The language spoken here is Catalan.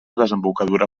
desembocadura